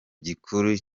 gikuru